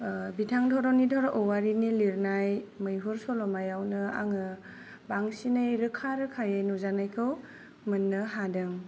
बिथां धरनिधर औवारिनि लिरनाय मैहुर सल'मायावनो आङो बांसिनै रोखा रोखायै नुजानायखौ मोननो हादों